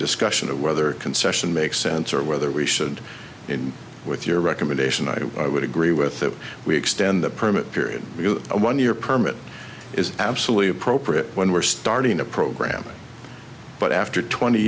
discussion of whether a concession makes sense or whether we should end with your recommendation i would agree with that we extend the permit period a one year permit is absolutely appropriate when we're starting a program but after twenty